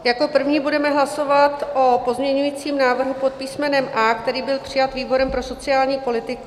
Jako první budeme hlasovat o pozměňujícím návrhu pod písmenem A, který byl přijat výborem pro sociální politiku.